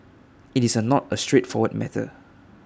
IT is are not A straightforward matter